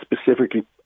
specifically